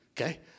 okay